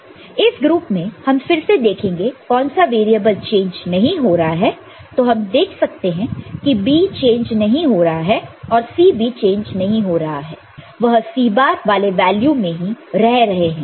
इस ग्रुप में हम फिर से देखेंगे कि कौन सा वेरिएबल चेंज नहीं हो रहा है तो हम देख सकते हैं की B चेंज नहीं हो रहा है और C भी चेंज नहीं हो रहा है वह C बार वाले वैल्यू में ही रह रहे हैं